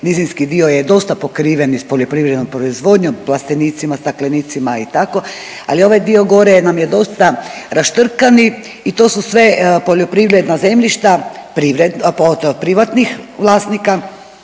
nizinski dio je dosta pokriven i s poljoprivrednom proizvodnjom, plastenicima, staklenicima i tako, ali ovaj dio gore nam je dosta raštrkani i to su sve poljoprivredna zemljišta od privatnih vlasnika